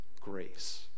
grace